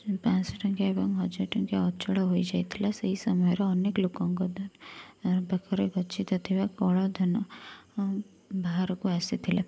ପାଞ୍ଚଶହ ଟଙ୍କିଆ ଏବଂ ହଜାର ଟଙ୍କିଆ ଅଚଳ ହୋଇଯାଇଥିଲା ସେଇ ସମୟର ଅନେକ ଲୋକଙ୍କ ଦ୍ବାରା ତାର ପାଖରେ ଗଚ୍ଛିତ ଥିବା କଳାଧନ ବାହାରକୁ ଆସିଥିଲା